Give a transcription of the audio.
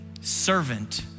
servant